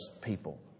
people